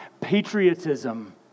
patriotism